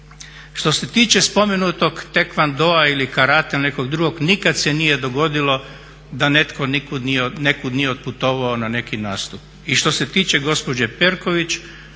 Što se tiče spomenutog taekwondoa ili karatea ili nekog drugog, nikad se nije dogodilo da netko nekud nije otputovao na neki nastup. I što se tiče gospođe Perković,